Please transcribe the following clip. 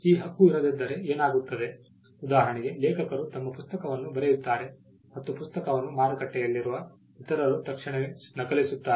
ಈ ಹಕ್ಕು ಇರದಿದ್ದರೆ ಏನಾಗುತ್ತದೆ ಉದಾರಣೆಗೆ ಲೇಖಕರು ತಮ್ಮ ಪುಸ್ತಕವನ್ನು ಬರೆಯುತ್ತಾರೆ ಮತ್ತು ಪುಸ್ತಕವನ್ನು ಮಾರುಕಟ್ಟೆಯಲ್ಲಿರುವ ಇತರರು ತಕ್ಷಣವೇ ನಕಲಿಸುತ್ತಾರೆ